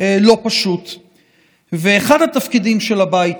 בחוסר אחריות, לא בשל חוסר